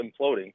imploding